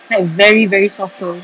like very very soft curl